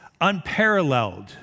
unparalleled